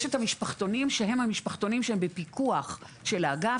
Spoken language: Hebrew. יש את המשפחתונים שהם המשפחתונים שהם בפיקוח של האגף,